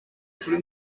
kuri